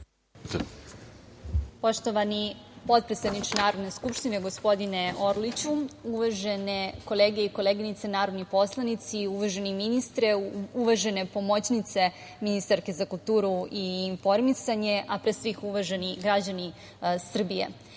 Poštovani potpredsedniče Narodne skupštine gospodine Orliću, uvažene kolege i koleginice narodni poslanici, uvaženi ministre, uvažene pomoćnice ministarke za kulturu i informisanje, a pre svih uvaženi građani Srbije,